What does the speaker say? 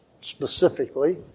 specifically